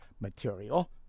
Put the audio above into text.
material